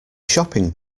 shopping